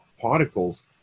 particles